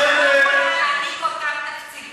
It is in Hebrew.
בחוסר שוויון את לא יכולה להעניק אותם תקציבים,